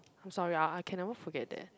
I'm sorry I I can never forget that